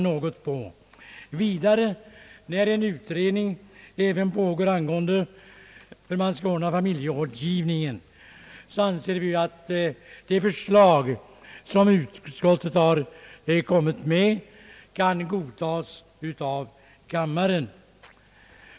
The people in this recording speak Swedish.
Då desutom en utredning pågår även angående hur man skall ordna familjerådgivningen, anser vi att utskottets förslag bör godtas av kammaren.